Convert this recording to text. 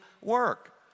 work